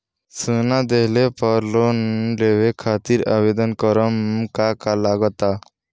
सोना दिहले पर लोन लेवे खातिर आवेदन करे म का का लगा तऽ?